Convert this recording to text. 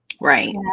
Right